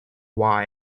why